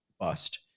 bust